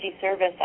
service